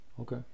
Okay